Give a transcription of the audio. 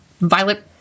violet